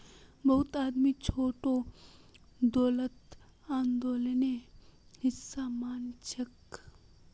बहुत आदमी छोटो दौलतक आंदोलनेर हिसा मानछेक